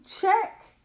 check